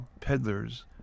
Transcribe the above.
peddlers